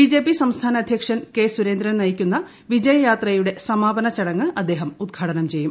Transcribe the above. BJP സംസ്ഥാന അധ്യക്ഷൻ ക്ക്സ്ക് സ്കൂരേന്ദ്രൻ നയിക്കുന്ന വിജയയാത്രയുടെ സമാപന ൃഷ്ടുങ്ങ് അദ്ദേഹം ഉദ്ഘാടനം ചെയ്യും